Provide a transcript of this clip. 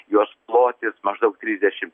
jos plotis maždaug trisdešim